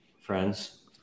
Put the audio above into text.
friends